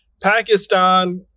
Pakistan